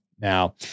now